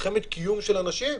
מלחמת קיום של אנשים.